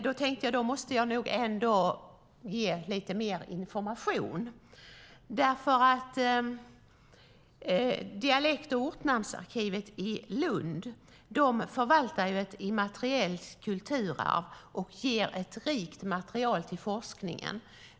Men då måste jag ge lite mer information. Dialekt och ortnamnsarkivet i Lund förvaltar ett immateriellt kulturarv och ger ett rikt material till forskningen.